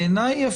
בעיניי,